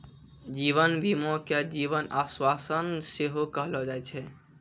जीवन बीमा के जीवन आश्वासन सेहो कहलो जाय छै